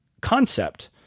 concept